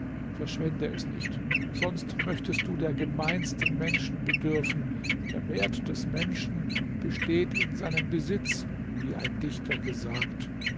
verschwende es nicht sonst möchtest du der gemeinsten menschen bedürfen der wert des menschen besteht in seinem besitz wie ein dichter gesagt